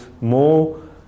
more